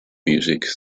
music